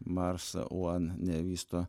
mars one nevysto